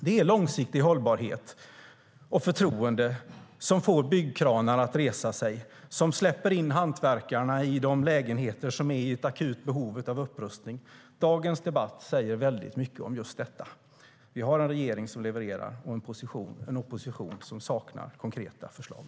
Det är långsiktig hållbarhet och förtroende som får byggkranarna att resa sig och som släpper in hantverkarna i de lägenheter som är i ett akut behov av upprustning. Dagens debatt säger väldigt mycket om just detta: Vi har en regering som levererar och en opposition som saknar konkreta förslag.